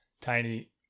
tiny